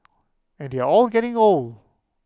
and they're all getting old